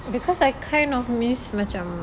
because I kind of miss macam